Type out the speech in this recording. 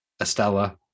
Estella